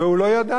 והוא לא ידע.